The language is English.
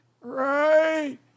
Right